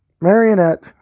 Marionette